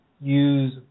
use